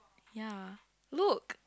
ya look